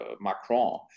Macron